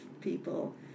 people